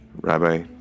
Rabbi